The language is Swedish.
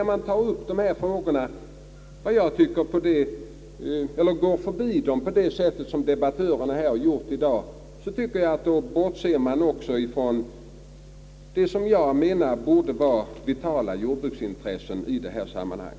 Om man alltså går förbi dessa frågor på det sätt som debattörerna här har gjort i dag, tycker jag att man bortser från det som enligt min mening borde vara vitala jordbruksintressen i detta sammanhang.